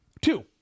Two